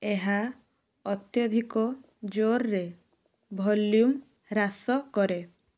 ଏହା ଅତ୍ୟଧିକ ଜୋରରେ ଭଲ୍ୟୁମ୍ ହ୍ରାସ କରେ